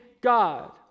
God